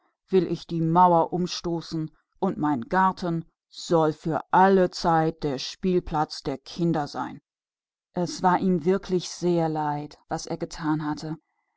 will ich die mauer umwerfen und mein garten soll für alle zeit der spielplatz der kinder sein er war wirklich sehr betrübt über das was er getan hatte